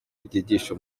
ryigisha